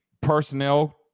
personnel